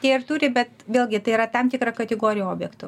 jie ir turi bet vėlgi tai yra tam tikra kategorija objektų